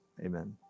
Amen